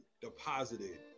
deposited